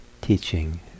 teaching